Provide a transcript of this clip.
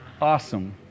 Awesome